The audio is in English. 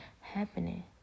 happening